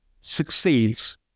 succeeds